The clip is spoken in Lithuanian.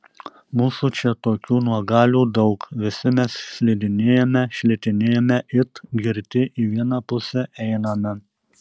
mūsų čia tokių nuogalių daug visi mes slidinėjame šlitinėjame it girti į vieną pusę einame